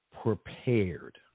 prepared